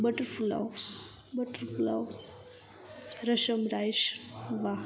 butter pulao butter pulao rasam rice વાહ